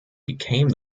became